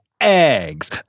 Eggs